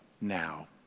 now